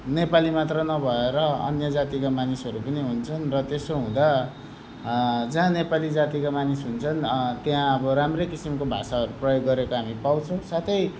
नेपाली मात्र नभएर अन्य जातिका मानिसहरू पनि हुन्छन् र त्यसो हुँदा जहाँ नेपाली जातिका मानिस हुन्छन् त्यहाँ अब राम्रै किसिमको भाषाहरू प्रयोग गरेको हामी पाउँछौँ साथै